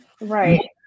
Right